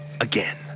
again